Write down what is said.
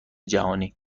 جهانی